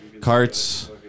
carts